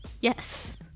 Yes